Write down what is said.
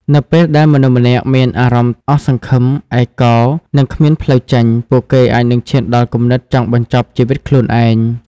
នៅពេលដែលមនុស្សម្នាក់មានអារម្មណ៍អស់សង្ឃឹម ឯកោ និងគ្មានផ្លូវចេញ ពួកគេអាចនឹងឈានដល់គំនិតចង់បញ្ចប់ជីវិតខ្លួនឯង។